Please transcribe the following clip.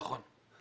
נכון.